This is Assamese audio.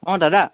অঁ দাদা